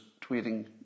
tweeting